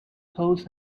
house